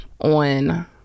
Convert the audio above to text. on